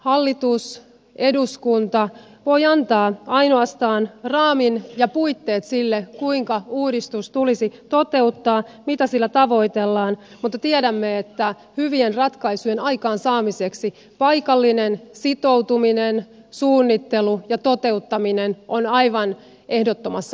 hallitus eduskunta voi antaa ainoastaan raamin ja puitteet sille kuinka uudistus tulisi toteuttaa mitä sillä tavoitellaan mutta tiedämme että hyvien ratkaisujen aikaansaamiseksi paikallinen sitoutuminen suunnittelu ja toteuttaminen on aivan ehdottomassa asemassa